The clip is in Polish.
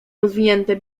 rozwinięte